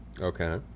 Okay